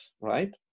right